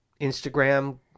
instagram